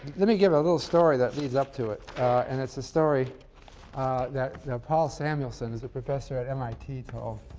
let me give a little story that leads up to it and it's a story that paul samuelson, who's a professor at mit, told.